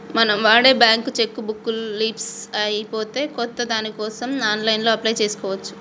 మనం వాడే bank cheque book leafs అయిపోతే కొత్త దానికోసం ఆన్లైన్లో అప్లై చేసుకోవచ్చు